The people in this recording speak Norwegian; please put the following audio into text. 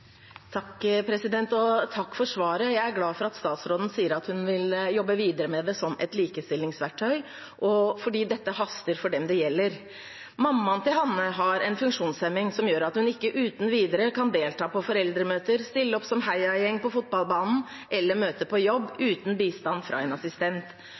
Takk for svaret. Jeg er glad for at statsråden sier hun vil jobbe videre med det som et likestillingsverktøy, for dette haster for dem det gjelder. Mammaen til Hanne har en funksjonshemming som gjør at hun ikke uten videre kan delta på foreldremøter, stille opp som heiagjeng på fotballbanen eller møte på jobb uten bistand fra en assistent.